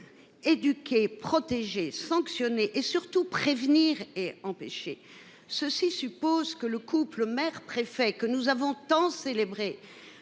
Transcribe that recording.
éduquer, protéger sanctionné et surtout prévenir et empêcher ceci suppose que le couple mère préfet que nous avons tant célébrer